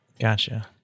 Gotcha